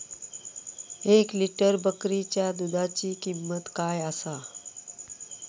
एक लिटर बकरीच्या दुधाची किंमत काय आसा?